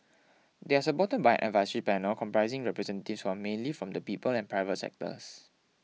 they are supported by an advisory panel comprising representatives who are mainly from the people and private sectors